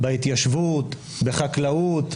בהתיישבות, בחקלאות.